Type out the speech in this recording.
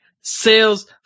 sales